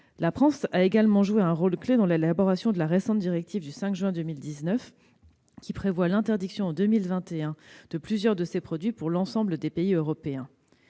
La France a également joué un rôle clé dans l'élaboration de la récente directive, du 5 juin 2019, qui prévoit l'interdiction en 2021 de plusieurs de ces produits dans l'ensemble des pays européens.